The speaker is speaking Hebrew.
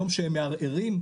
שהם מערערים,